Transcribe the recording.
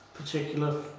Particular